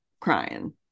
crying